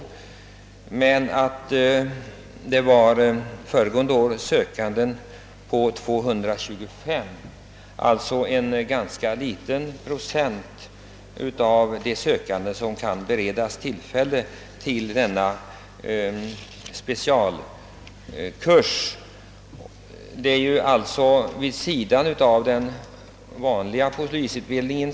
Föregående år var det 225 sökande till dessa kurser, och det blev alltså en ganska liten procent av de sökande som kunde beredas tillfälle till denna specialkurs. Dessa specialkurser äger rum vid sidan av den vanliga polisutbildningen.